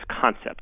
concept